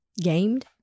Gamed